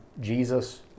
Jesus